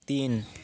তিন